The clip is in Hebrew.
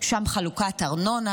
שם חלוקת ארנונה,